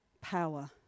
power